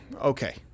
okay